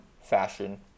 fashion